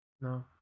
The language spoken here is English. No